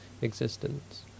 existence